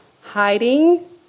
hiding